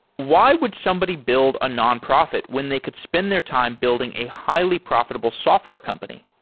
why would somebody build a nonprofit when they could spend their time building a highly-profitable software company?